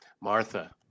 Martha